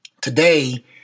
Today